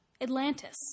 Atlantis